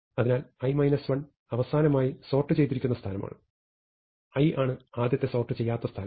അതിനാൽ i 1 അവസാനമായി sort ചെയ്തിരിക്കുന്ന സ്ഥാനമാണ് i ആണ് ആദ്യത്തെ സോർട്ട് ചെയ്യാത്ത സ്ഥാനം